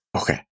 Okay